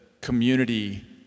community